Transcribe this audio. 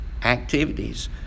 activities